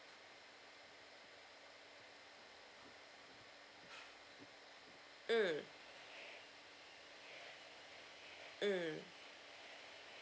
mm mm